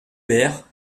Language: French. père